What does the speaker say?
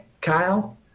Kyle